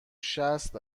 شصت